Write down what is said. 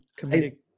comedic